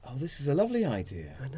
this is a lovely idea. i know.